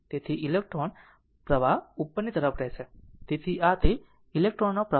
તેથી ઇલેક્ટ્રોન પ્રવાહ ઉપરની તરફ રહેશે તેથી આ તે ઇલેક્ટ્રોન નો પ્રવાહ છે